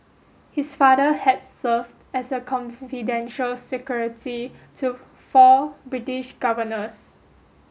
his father had served as the confidential secretary to four British governors